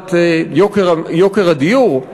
גזירת יוקר הדיור,